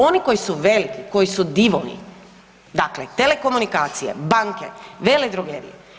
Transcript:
Oni koji su veliki, koji su divovi, dakle telekomunikacije, banke, veledrogerije.